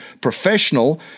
professional